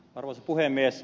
arvoisa puhemies